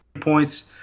points